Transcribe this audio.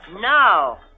no